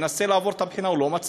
מנסה לעבור את הבחינה והוא לא מצליח?